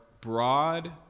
broad